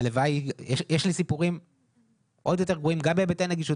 יש לי סיפורים עוד יותר גרועים גם בהיבטי נגישות